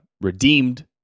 redeemed